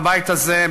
בבית הזה,